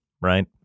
right